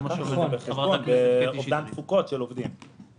זה נלקח בחשבון באובדן תפוקות של עובדים.